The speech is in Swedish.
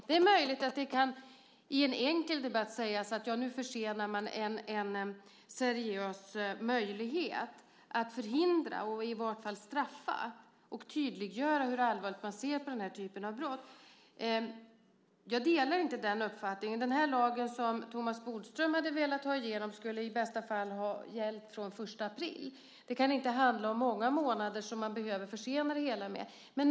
Det är enkelt att i en debatt säga att man nu försenar en seriös möjlighet att förhindra eller i vart fall straffa och tydliggöra hur allvarligt man ser på den här typen av brott. Men jag delar inte den uppfattningen. Lagen som Thomas Bodström hade velat få igenom skulle i bästa fall ha gällt från den 1 april. Det kan inte handla om många månader som man behöver försena det hela med.